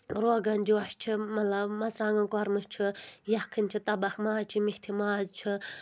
روگَن جوش چھِ مطلب مژرانٛگن کۄرمہٕ چھُ یَکھٕنۍ چھِ تَبَکھ ماز چھِ میتھِ ماز چھُ